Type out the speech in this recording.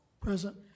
Present